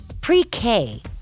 pre-K